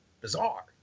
bizarre